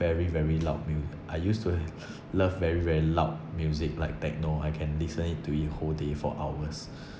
very very loud mu~ I used to love very very loud music like techno I can listen it to it whole day for hours